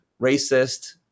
racist